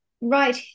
right